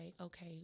okay